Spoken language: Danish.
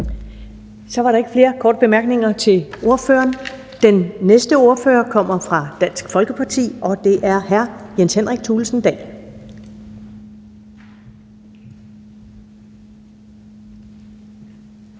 Så er der ikke flere korte bemærkninger til ordføreren. Den næste ordfører kommer fra Dansk Folkeparti, og det er hr. Jens Henrik Thulesen Dahl.